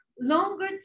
longer